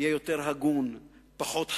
יהיה יותר הגון, פחות חזירי,